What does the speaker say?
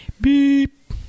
beep